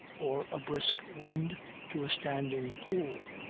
or a brisk wind to a standing-pool,